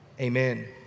Amen